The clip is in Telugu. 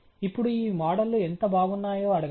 ఇప్పుడు ఈ మోడల్ లు ఎంత బాగున్నాయో అడగాలి